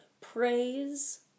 praise